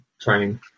train